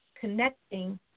connecting